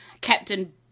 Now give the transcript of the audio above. Captain